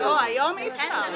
היום אי אפשר.